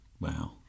Wow